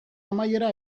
amaiera